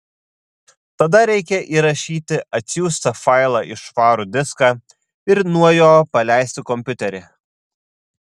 tada reikia įrašyti atsiųstą failą į švarų diską ir nuo jo paleisti kompiuterį